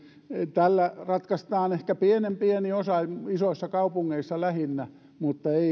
tällä ratkaistaan ehkä pienen pieni osa lähinnä isoissa kaupungeissa mutta